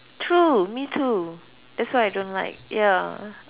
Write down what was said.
true me too that's why I don't like ya